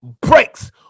breaks